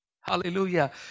Hallelujah